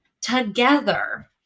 together